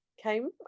came